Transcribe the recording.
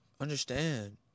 understand